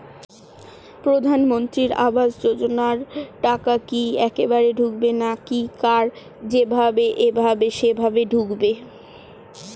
প্রধানমন্ত্রী আবাস যোজনার টাকা কি একবারে ঢুকবে নাকি কার যেভাবে এভাবে সেভাবে ঢুকবে?